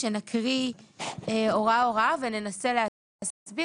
שנקריא הוראה הוראה וננסה להסביר,